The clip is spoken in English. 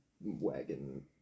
wagon